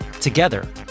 together